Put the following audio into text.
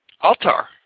altar